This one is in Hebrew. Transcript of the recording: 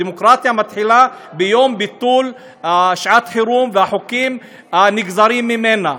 הדמוקרטיה מתחילה ביום ביטול שעת החירום והחוקים הנגזרים ממנה.